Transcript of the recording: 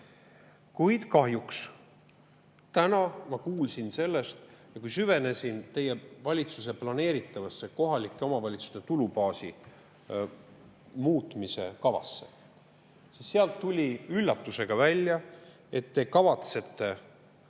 teha. Kuid kahjuks ma kuulsin täna sellest ja kui süvenesin teie valitsuse planeeritavasse kohalike omavalitsuste tulubaasi muutmise kavasse, siis sealt tuli [minu] üllatuseks välja, et te kavatsete –